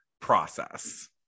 process